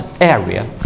area